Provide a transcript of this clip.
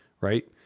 Right